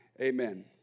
Amen